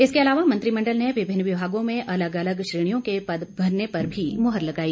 इसके अलावा मंत्रिमण्डल ने विभिन्न विभागों में अलग अलग श्रेणियों के पद भरने पर भी मोहर लगाई